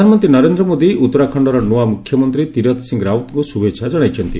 ପ୍ରଧାନମନ୍ତ୍ରୀ ନରେନ୍ଦ୍ର ମୋଦୀ ଉତ୍ତରାଖଣ୍ଡର ନୂଆ ମୁଖ୍ୟମନ୍ତ୍ରୀ ତୀରଥ ସିଂ ରାଓ୍ୱତଙ୍କୁ ଶୁଭେଚ୍ଛା ଜଣାଇଛନ୍ତି